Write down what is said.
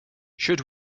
should